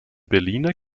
berliner